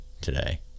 today